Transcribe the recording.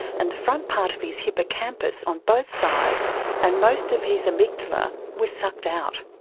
and the front part of his hippocampus on both sides and most of his amygdala were sucked out.